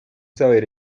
saber